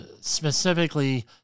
specifically